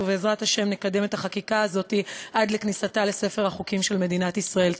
ובעזרת השם נקדם את החקיקה הזאת עד לכניסתה לספר החוקים של מדינת ישראל.